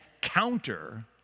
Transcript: counter